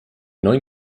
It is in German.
neun